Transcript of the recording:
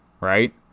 right